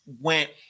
went